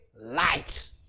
light